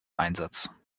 einsatz